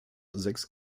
sechs